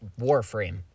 warframe